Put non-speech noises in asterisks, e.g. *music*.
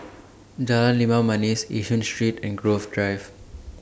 *noise* Jalan Limau Manis Yishun Street and Grove Drive